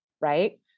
right